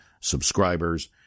subscribers